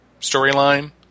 storyline